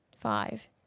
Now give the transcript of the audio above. Five